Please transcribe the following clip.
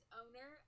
owner